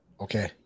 okay